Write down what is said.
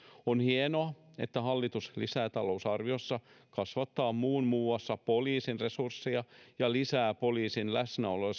on hienoa että hallitus lisätalousarviossa kasvattaa muun muassa poliisin resurssia ja lisää poliisin läsnäoloa